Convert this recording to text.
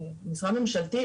משרד ממשלתי,